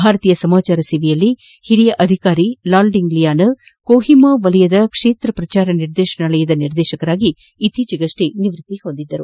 ಭಾರತೀಯ ಸಮಾಜಾರ ಸೇವೆಯಲ್ಲಿ ಹಿರಿಯ ಅಧಿಕಾರಿ ಲಾಲ್ಡಿಂಗ್ಲಿಯಾನ ಕೊಹಿಮ ವಲಯದ ಕ್ಷೇತ್ರ ಪ್ರಚಾರ ನಿರ್ದೇಶನಾಲಯದ ನಿರ್ದೇಶಕರಾಗಿ ಇತ್ತೀಚೆಗೆ ನಿವ್ಯತ್ತಿ ಹೊಂದಿದರು